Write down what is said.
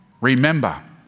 Remember